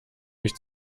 mich